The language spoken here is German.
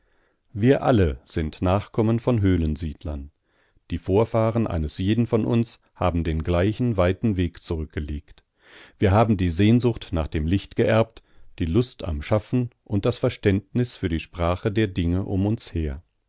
wir alle sind nachkommen von höhlensiedlern die vorfahren eines jeden von uns haben den gleichen weiten weg zurückgelegt wir haben die sehnsucht nach dem licht geerbt die lust am schaffen und das verständnis für die sprache der dinge um uns her